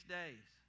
days